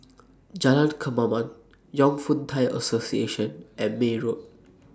Jalan Kemaman Fong Yun Thai Association and May Road